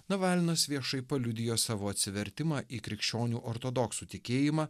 navalnas viešai paliudijo savo atsivertimą į krikščionių ortodoksų tikėjimą